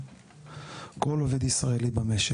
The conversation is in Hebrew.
כמו כל עובד ישראלי במשק.